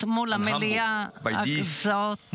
מפרגוואי העומד כאן לפני מליאה מכובדת זו.